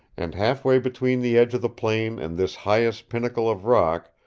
and half way between the edge of the plain and this highest pinnacle of rock,